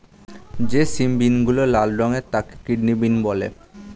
যে সিম বিনগুলো লাল রঙের তাকে কিডনি বিন বলে